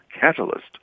catalyst